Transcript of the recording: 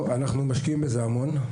אנחנו משקיעים בזה המון.